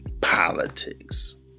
politics